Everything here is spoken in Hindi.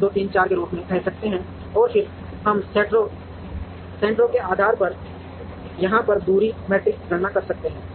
2 3 4 के रूप में कह सकते हैं और फिर हम सेंट्रो के आधार पर यहां एक दूरी मैट्रिक्स की गणना कर सकते हैं